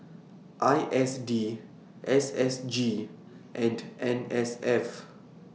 I S D S S G and N S F